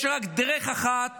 יש רק דרך אחת